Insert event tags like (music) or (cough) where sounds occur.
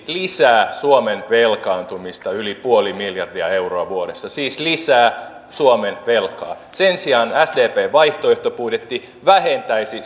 lisää suomen velkaantumista yli nolla pilkku viisi miljardia euroa vuodessa siis lisää suomen velkaa sen sijaan sdpn vaihtoehtobudjetti vähentäisi (unintelligible)